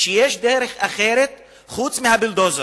שיש דרך אחרת חוץ מהבולדוזר,